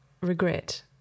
regret